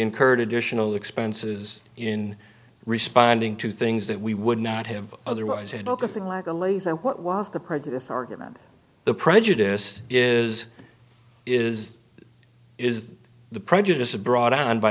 incurred additional expenses in responding to things that we would not have otherwise had not the thing like a laser what was the prejudice argument the prejudice is is is the prejudice brought on by